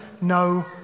no